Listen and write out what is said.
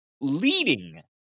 leading